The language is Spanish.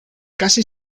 casi